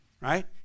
Right